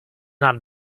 not